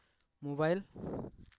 mobile